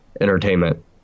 entertainment